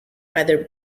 either